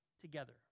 together